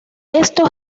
esto